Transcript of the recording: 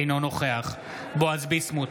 אינו נוכח בועז ביסמוט,